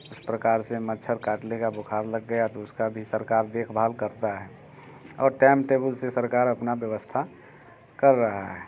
इस प्रकार से मच्छर काट लेगा बुखार लग गया तो उसका भी सरकार देखभाल करता है और टैम टेबुल से सरकार अपना व्यवस्था कर रहा है